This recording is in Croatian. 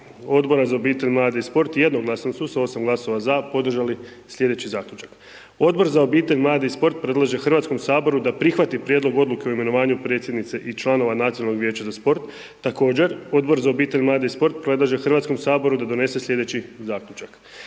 Odbora za obitelj, mlade i sport, jednoglasno su sa 8 glasova za, podržali sljedeći zaključak, Odbor za obitelj, mlade i sport, predlaže HS-u da prihvati prijedlog odluke o imenovanju predsjednice i članova Nacionalnog vijeća za sport. Također, Odbor za obitelj, mlade i sport predlaže HS-u da donese sljedeći zaključak,